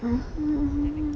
mm